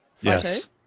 Yes